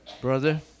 Brother